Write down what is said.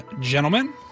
gentlemen